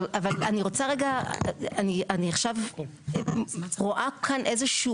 אבל אני רוצה רגע, אני עכשיו רואה פה איזה שהוא